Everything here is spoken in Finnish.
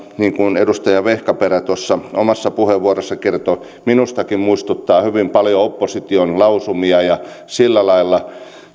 niin kuin edustaja vehkaperä omassa puheenvuorossaan kertoi minustakin muistuttavat hyvin paljon opposition lausumia sillä lailla